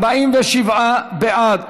חוק יום ציון לאומי לתרומתה ופועלה של העדה